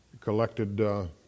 collected